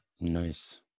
Nice